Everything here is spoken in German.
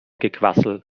gequassel